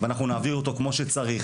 ואנחנו נעביר אותו כמו שצריך.